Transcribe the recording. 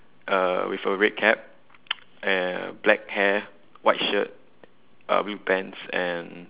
uh with a red cap err black hair white shirt uh blue pants and